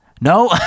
no